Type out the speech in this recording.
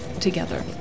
together